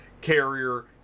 carrier